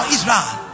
Israel